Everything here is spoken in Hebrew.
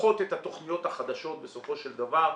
לוקחות את התוכניות החדשות בסופו של דבר,